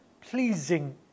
pleasing